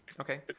Okay